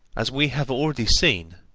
as we have already seen,